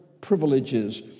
privileges